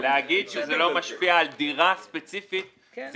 להגיד שזה לא משפיע על דירה ספציפית זאת